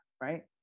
right